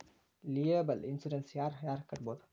liable insurance ಯಾರ್ ಯಾರ್ ಕಟ್ಬೊದು